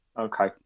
okay